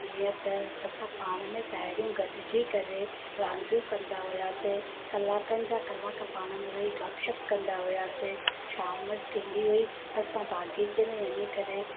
जीअं त असां पाण में साहिड़ियूं गॾिजी करे रांदियूं कंदा हुआसीं कलाकनि जा कलाकु पाण में वेही गपशप कंदा हुआसीं शाम थींदी हुई त असां बाग़ीचे में वञी करे